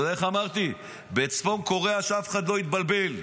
איך אמרתי, בצפון קוריאה שאף אחד לא יתבלבל,